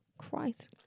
Christ